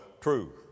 truth